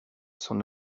son